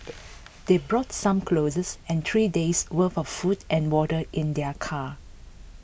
they brought some clothes and three days worth of food and water in their car